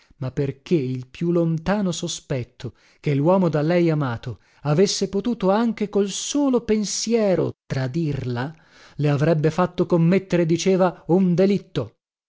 ma perché il più lontano sospetto che luomo da lei amato avesse potuto anche col solo pensiero tradirla le avrebbe fatto commettere diceva un delitto